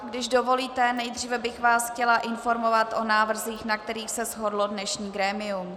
Když dovolíte, nejdříve bych vás chtěla informovat o návrzích, na kterých se shodlo dnešní grémium.